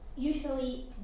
Usually